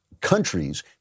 countries